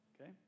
okay